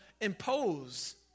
impose